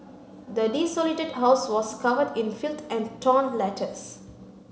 the desolated house was covered in filth and torn letters